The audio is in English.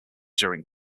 during